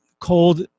Cold